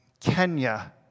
Kenya